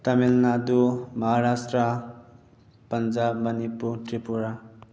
Tamil Nadu Maharashtra Punjab Manipur Tripura